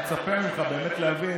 אני מצפה ממך באמת להבין